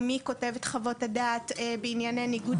או מי כותב את חוות הדעת בענייני ניגוד